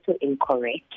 incorrect